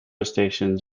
stations